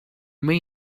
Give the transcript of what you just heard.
may